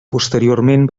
posteriorment